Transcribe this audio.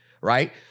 right